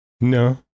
No